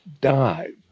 dive